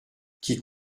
qui